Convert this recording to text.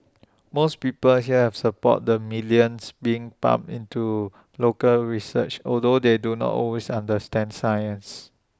most people here are support the billions being pumped into local research although they do not always understand science